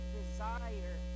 desire